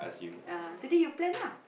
ah today you plan lah